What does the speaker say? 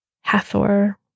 Hathor